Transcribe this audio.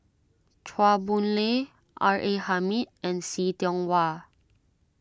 Chua Boon Lay R A Hamid and See Tiong Wah